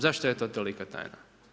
Zašto j to tolika tajna?